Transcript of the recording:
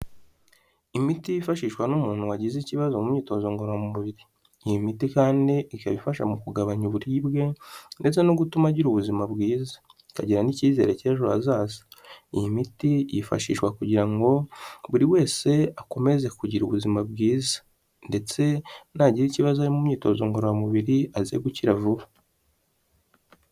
Imiti yifashishwa n'umuntu wagize ikibazo mu myitozo ngororamubiri iyi miti kandi ikaba ifasha mu kugabanya uburibwe ndetse no gutuma agira ubuzima bwiza ikagira n'icyizere cy'ejo hazaza iyi miti yifashishwa kugira ngo buri wese akomeze kugira ubuzima bwiza ndetse nagire ikibazo mu myitozo ngororamubiri aze gukira vuba.